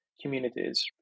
communities